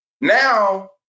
Now